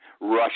Russia